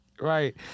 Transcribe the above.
right